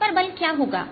इस पर बल क्या होगा